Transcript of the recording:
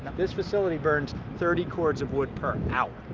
this facility burns thirty cords of wood per hour.